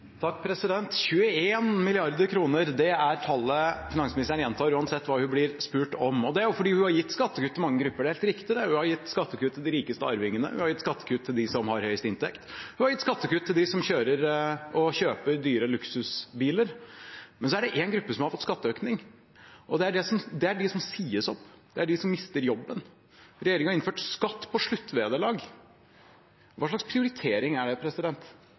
tallet finansministeren gjentar uansett hva hun blir spurt om. Det er fordi hun har gitt skattekutt til mange grupper; det er riktig. Hun har gitt skattekutt til de rikeste arvingene. Hun har gitt skattekutt til dem som har høyest inntekt. Hun har gitt skattekutt til dem som kjøper dyre luksusbiler. Men så er det en gruppe som har fått skatteøkning. Det er de som sies opp, det er de som mister jobben. Regjeringen har innført skatt på sluttvederlag. Hva slags prioritering er det